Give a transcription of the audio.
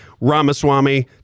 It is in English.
Ramaswamy